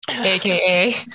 aka